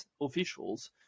officials